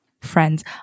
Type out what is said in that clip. friends